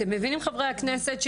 חברי הכנסת,